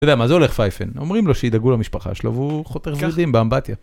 אתה יודע מה, זה הולך פייפן, אומרים לו שידאגו למשפחה שלו והוא חותך ורידים באמבטיה.